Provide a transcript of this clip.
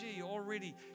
already